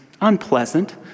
unpleasant